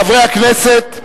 חברי הכנסת,